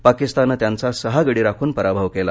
पाकिस्ताननं त्याचा सहा गडी राखून पराभव केला